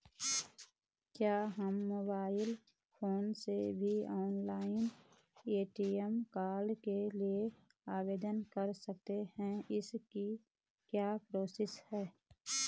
क्या हम mobile phone से भी ऑनलाइन ए.टी.एम कार्ड के लिए आवेदन कर सकते हैं इसकी क्या प्रोसेस है?